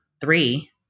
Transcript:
three